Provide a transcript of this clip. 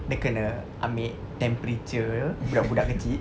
dia kena ambil temperature budak-budak kecil